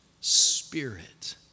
Spirit